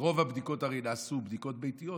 ורוב הבדיקות שנעשו הן בדיקות ביתיות,